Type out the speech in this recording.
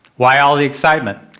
why all the excitement?